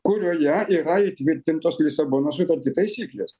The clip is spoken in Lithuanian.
kurioje yra įtvirtintos lisabonos sutarty taisyklės